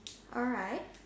alright